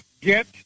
get